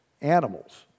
Animals